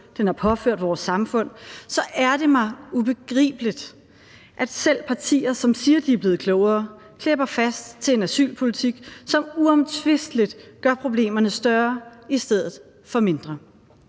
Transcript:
den har påført vores samfund, er det mig ubegribeligt, at selv partier som siger, de er blevet klogere, klæber fast til en asylpolitik, som uomtvisteligt gør problemerne større i stedet for mindre.